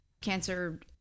cancer